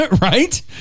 right